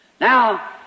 Now